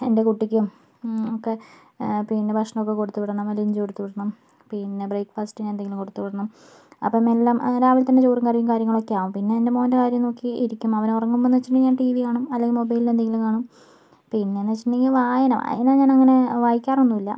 എൻ്റെ കുട്ടിക്കും ഒക്കെ പിന്നെ ഭക്ഷണൊമൊക്കെ കൊടുത്തു വിടണം ലഞ്ച് കൊടുത്തുവിടണം പിന്നെ ബ്രേക്ഫാസ്റ്റിന് എന്തെങ്കിലും കൊടുത്തു വിടണം അപ്പം എല്ലാം രാവിലെത്തന്നെ ചോറും കറിയു കാര്യങ്ങളൊക്കെയാവും പിന്നെ എൻ്റെ മോൻ്റെ കാര്യം നോക്കി ഇരിക്കും അവനുറങ്ങുമ്പോൾ എന്നു വച്ചിട്ടുണ്ടെങ്കിൽ ഞാൻ ടി വി കാണും അല്ലെങ്കിൽ മൊബൈലിലെന്തെങ്കിലും കാണും പിന്നെയെന്ന് വെച്ചിട്ടൊണ്ടെങ്കിൽ വായന വായന ഞാനങ്ങനെ വായിക്കാറൊന്നുമില്ല